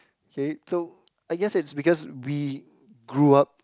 okay so I guess it's because we grew up